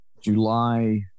July